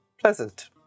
pleasant